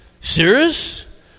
Serious